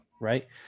right